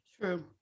True